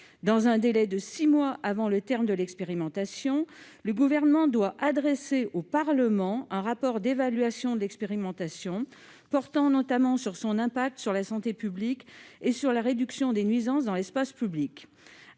Dans un délai de six mois avant le terme de l'expérimentation, le Gouvernement doit adresser au Parlement un rapport d'évaluation de l'expérimentation portant notamment sur son impact sur la santé publique et sur la réduction des nuisances dans l'espace public.